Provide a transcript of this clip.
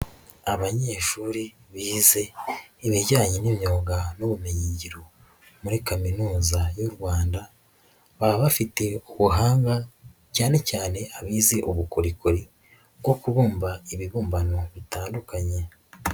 Abanyeshuri bize ibijyanye n'imyuga n'ubumenyingiro muri kaminuza y'u Rwanda baba bafite ubuhanga cyane cyane abize ubukorikori bwo kubumba ibibumbano bitandukanye.